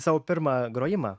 savo pirmą grojimą